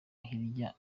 hirya